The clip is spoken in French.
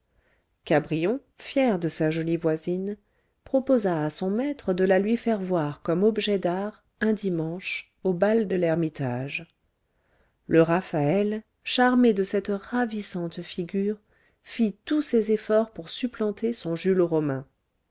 cabrion fier de sa jolie voisine proposa à son maître de la lui faire voir comme objet d'art un dimanche au bal de l'ermitage le raphaël charmé de cette ravissante figure fit tous ses efforts pour supplanter son jules romain